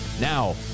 now